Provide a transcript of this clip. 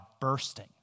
bursting